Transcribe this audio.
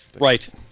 Right